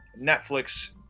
Netflix